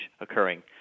occurring